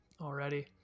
already